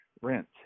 rent